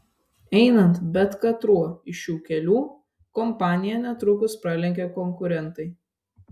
einant bet katruo iš šių kelių kompaniją netrukus pralenkia konkurentai